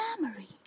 memory